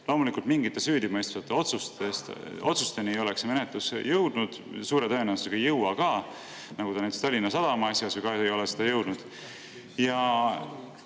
Loomulikult, mingite süüdimõistvate otsusteni ei ole menetlus jõudnud, suure tõenäosusega ei jõua ka, nagu näiteks Tallinna Sadama asjas ei ole seda jõudnud.